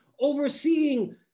overseeing